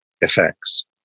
effects